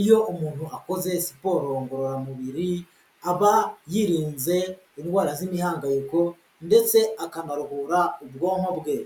iyo umuntu akoze siporo ngororamubiri, aba yirinze indwara z'imihangayiko ndetse akanaruhura ubwonko bwe.